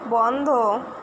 বন্ধ